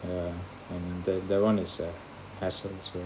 um the that one is a hassle so